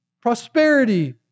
prosperity